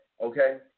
okay